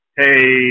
hey